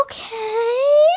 Okay